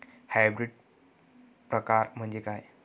Hybrid प्रकार म्हणजे काय?